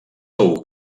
segur